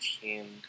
team